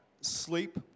sleep